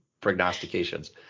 prognostications